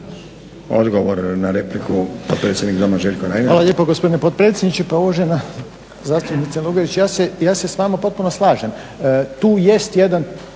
Odgovor na repliku predsjednik doma Željko Reiner. **Reiner, Željko (HDZ)** Hvala lijepo gospodine potpredsjedniče. Pa uvažena zastupnice Lugarić, ja se s vama potpuno slažem. Tu jest jedan